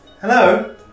Hello